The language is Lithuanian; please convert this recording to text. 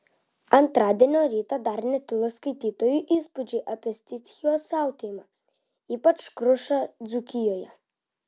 antradienio rytą dar netilo skaitytojų įspūdžiai apie stichijos siautėjimą ypač krušą dzūkijoje